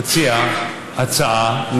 תציע הצעה,